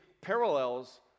parallels